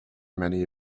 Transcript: many